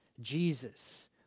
Jesus